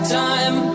time